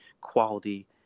quality